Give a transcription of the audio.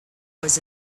was